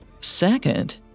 Second